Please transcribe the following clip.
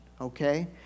okay